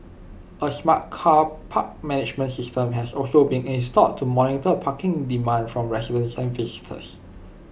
A smart car park management system has also been installed to monitor parking demand from residents and visitors